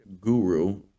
guru